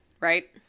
right